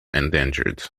endangered